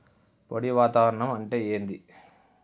పొడి వాతావరణం అంటే ఏంది?